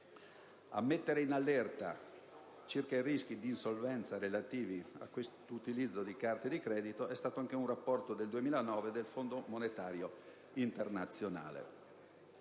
A mettere in allerta circa i rischi di insolvenza relativi a questo utilizzo delle carte di credito è stato anche un rapporto del 2009 del Fondo monetario internazionale.